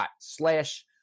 slash